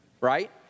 Right